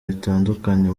bitandukanye